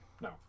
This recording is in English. No